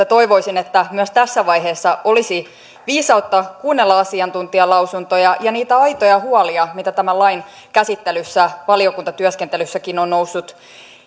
toivoisin että myös tässä vaiheessa olisi viisautta kuunnella asiantuntijalausuntoja ja niitä aitoja huolia mitä tämän lain käsittelyssä valiokuntatyöskentelyssäkin on noussut